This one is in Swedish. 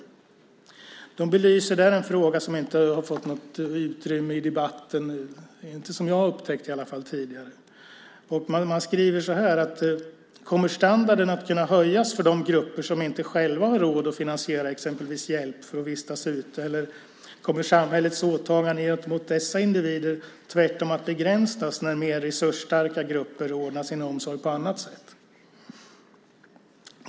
Statskontoret belyser där en fråga som inte har fått något utrymme i debatten tidigare - åtminstone inte något som jag har upptäckt. Statskontoret skriver så här: Kommer standarden att kunna höjas för de grupper som inte själva har råd att finansiera exempelvis hjälp för att vistas ute? Eller kommer samhällets åtaganden gentemot dessa individer tvärtom att begränsas när mer resursstarka grupper ordnar sin omsorg på annat sätt?